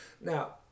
now